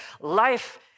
life